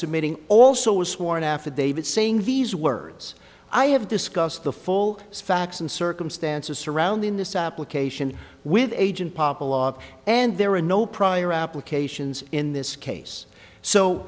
submitting also a sworn affidavit saying these words i have discussed the full facts and circumstances surrounding this application with agent papa law and there are no prior applications in this case so